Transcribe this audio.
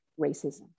racism